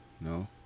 No